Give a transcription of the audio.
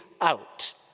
out